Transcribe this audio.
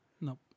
No